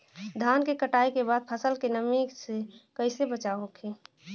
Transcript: धान के कटाई के बाद फसल के नमी से कइसे बचाव होखि?